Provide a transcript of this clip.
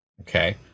Okay